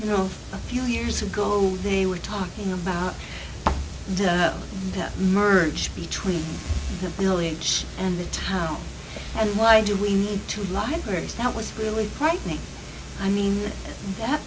you know a few years ago they were talking about the merge between the village and the town and why do we need to libraries that was really frightening i mean that